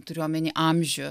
turiu omeny amžių